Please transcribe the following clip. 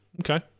Okay